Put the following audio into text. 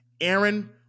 Aaron